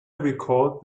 recalled